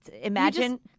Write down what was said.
imagine